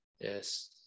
Yes